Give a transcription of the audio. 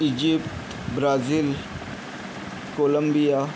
Egypt Brazil Colombia